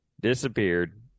disappeared